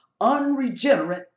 unregenerate